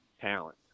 talent